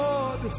Lord